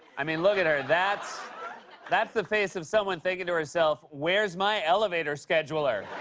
i mean, look at her. that's that's the face of someone thinking to herself, where's my elevator scheduler?